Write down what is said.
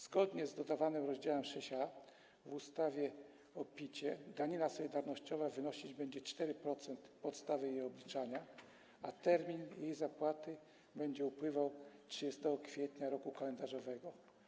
Zgodnie z dodawanym rozdziałem 6a w ustawie PIT danina solidarnościowa wynosić będzie 4% podstawy jej obliczenia, a termin jej zapłaty będzie upływał 30 kwietnia roku kalendarzowego.